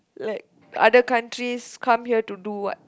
like other countries come here to do what